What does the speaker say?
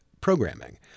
programming